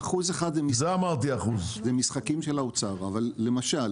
לא, ה-1% זה משחקים של האוצר, אבל למשל